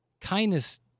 Kindness